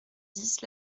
dix